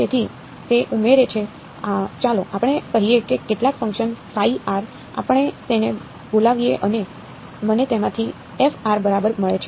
તેથી તે ઉમેરે છે ચાલો આપણે કહીએ કે કેટલાક ફંક્શન આપણે તેને બોલાવીએ અને મને તેમાંથી f બરાબર મળે છે